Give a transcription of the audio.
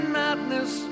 madness